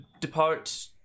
depart